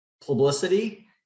publicity